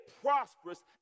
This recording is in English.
prosperous